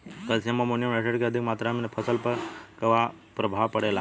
Calcium ammonium nitrate के अधिक मात्रा से फसल पर का प्रभाव परेला?